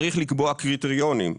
צריך לקבוע קריטריונים.